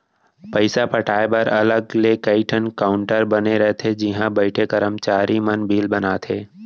पइसा पटाए बर अलग ले कइ ठन काउंटर बने रथे जिहॉ बइठे करमचारी मन बिल बनाथे